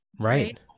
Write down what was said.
right